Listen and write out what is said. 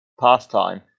pastime